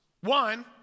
One